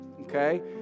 okay